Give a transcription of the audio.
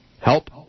Help